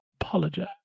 apologize